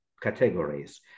categories